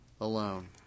alone